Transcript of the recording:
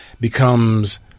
becomes